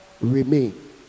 remain